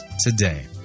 today